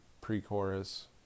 pre-chorus